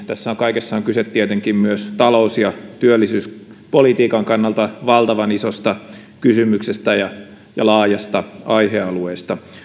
tässä kaikessa on kyse tietenkin myös talous ja työllisyyspolitiikan kannalta valtavan isosta kysymyksestä ja ja laajasta aihealueesta